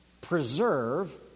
preserve